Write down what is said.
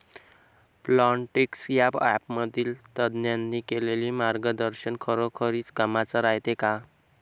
Plantix या ॲपमधील तज्ज्ञांनी केलेली मार्गदर्शन खरोखरीच कामाचं रायते का?